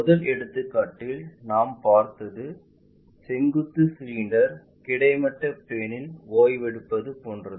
முதல் எடுத்துக்காட்டில் நாம் பார்த்தது செங்குத்து சிலிண்டர் கிடைமட்ட பிளேன்இல் ஓய்வெடுப்பது போன்றது